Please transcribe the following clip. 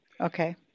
Okay